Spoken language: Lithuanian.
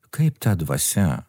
kaip ta dvasia